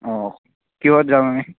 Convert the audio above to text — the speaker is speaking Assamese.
অঁ কিহত যাম আমি